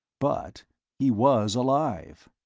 but he was alive.